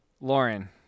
Lauren